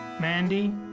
Mandy